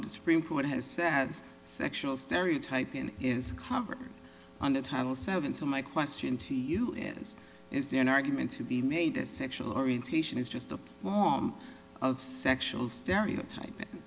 but supreme court has said it's sexual stereotyping is covered under title seven so my question to you is is there an argument to be made a sexual orientation is just a of sexual stereotyping